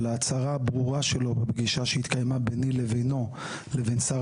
על ההצהרה הברורה שלו בפגישה שהתקיימה ביני לבינו לבין שר